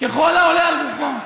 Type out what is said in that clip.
ככל העולה על רוחו.